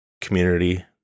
community